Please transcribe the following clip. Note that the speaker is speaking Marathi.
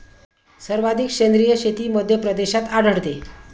सर्वाधिक सेंद्रिय शेती मध्यप्रदेशात आढळते